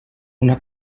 una